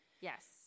Yes